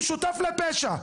הוא שותף לפשע.